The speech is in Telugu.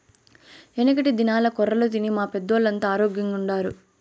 యెనకటి దినాల్ల కొర్రలు తిన్న మా పెద్దోల్లంతా ఆరోగ్గెంగుండారు